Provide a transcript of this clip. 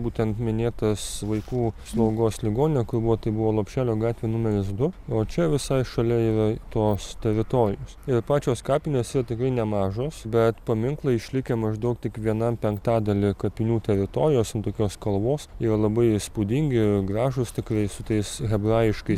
būtent minėtas vaikų slaugos ligoninė kur buvo tai buvo lopšelio gatvė numeris du o čia visai šalia yra tos teritorijos ir pačios kapinės yra tikrai nemažos bet paminklai išlikę maždaug tik vienam penktadaliui kapinių teritorijos ant tokios kalvos jie labai įspūdingi gražūs tikrai su tais hebrajiškais